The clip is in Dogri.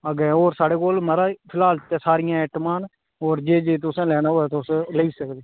अग्गें होर साढ़े कोल महाराज फिलहाल ते सारियां ऐटमां न होर जे जे तुसें लैना होऐ तुस लेई सकदे